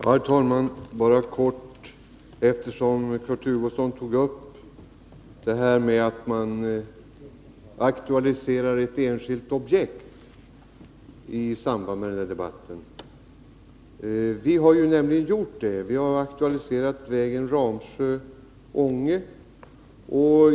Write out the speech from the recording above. Herr talman! Bara kort med anledning av att Kurt Hugosson tog upp detta att man aktualiserar ett enskilt objekt i samband med denna debatt. Vi har nämligen gjort det — vi har aktualiserat vägen Ramsjö-Ånge.